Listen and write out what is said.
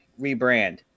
Rebrand